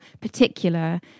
particular